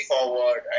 forward